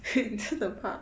through the park